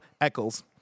Eccles